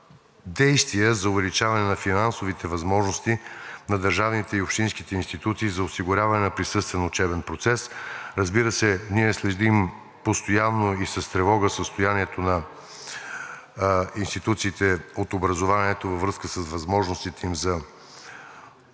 действия за увеличаване на финансовите възможности на държавните и общинските институции за осигуряване на присъствен учебен процес. Разбира се, ние следим постоянно и с тревога състоянието на институциите от образованието във връзка с възможностите им за посрещане